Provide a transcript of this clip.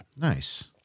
nice